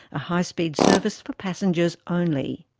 a high speed service for passengers only.